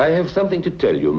i have something to tell you